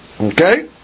okay